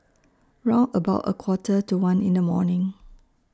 round about A Quarter to one in The morning